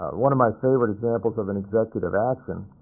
one of my favorite examples of an executive action